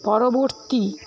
পরবর্তী